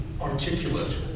articulate